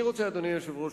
אדוני היושב-ראש,